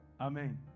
Amen